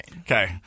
Okay